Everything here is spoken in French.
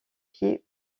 pieds